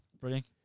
Brilliant